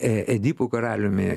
e edipu karaliumi